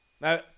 Now